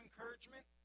encouragement